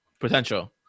Potential